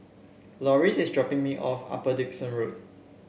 Loris is dropping me off Upper Dickson Road